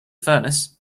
furnace